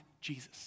Jesus